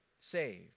saved